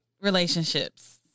relationships